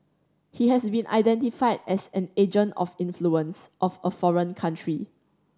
he has been identified as an agent of influence of a foreign country